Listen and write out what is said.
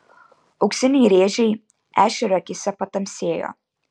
auksiniai rėžiai ešerio akyse patamsėjo